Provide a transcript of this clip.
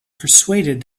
persuaded